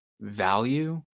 value